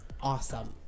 awesome